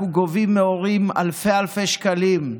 אנחנו גובים מהורים אלפי, אלפי שקלים.